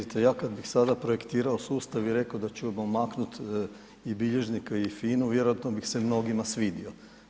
Vidite ja kad bih sada projektirao sustav i rekao da ćemo maknut i bilježnika i FINU vjerojatno bih se mnogima svidio.